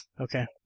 okay